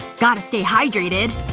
gotta stay hydrated